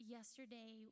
Yesterday